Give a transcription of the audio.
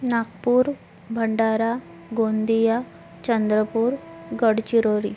Nagpur Bhandara Gondiya Chandrapur Gadchiroli